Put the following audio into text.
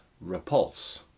Repulse